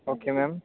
okay ma'am